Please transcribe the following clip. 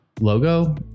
logo